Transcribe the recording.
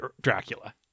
Dracula